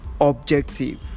objective